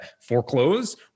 foreclose